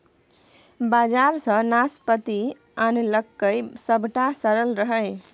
बजार सँ नाशपाती आनलकै सभटा सरल रहय